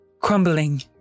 crumbling